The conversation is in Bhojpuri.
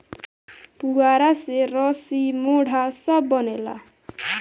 पुआरा से रसी, मोढ़ा सब बनेला